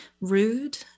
rude